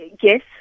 Yes